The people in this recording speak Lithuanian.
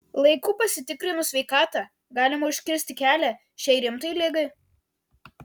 laiku pasitikrinus sveikatą galima užkirsti kelią šiai rimtai ligai